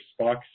Spock